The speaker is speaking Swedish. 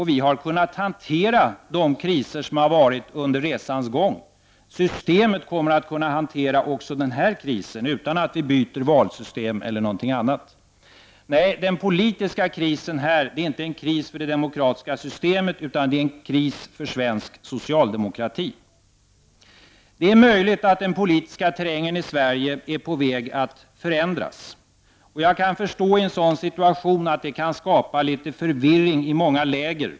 Vi har kunnat hantera de kriser som har varit under resans gång. Vi kommer att kunna hantera också den här krisen utan att vi byter valsystem eller något annat. Nej, den politiska krisen är inte en kris för det demokratiska systemet, utan det är kris för svensk socialdemokrati. Det är möjligt att den politiska terrängen i Sverige är på väg att förändras. Jag kan förstå att en sådan situation kan skapa litet förvirring i många läger.